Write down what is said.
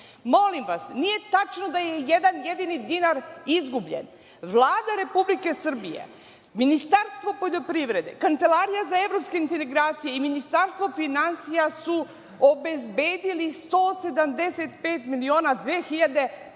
vas, nije tačno da je jedan jedini dinar izgubljen. Vlada Republike Srbije, Ministarstvo poljoprivrede, Kancelarija za evropske integracije i Ministarstvo finansija su obezbedili 175 miliona 2015.